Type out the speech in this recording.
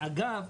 אגב,